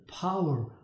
power